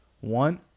one